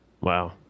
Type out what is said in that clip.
wow